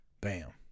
Bam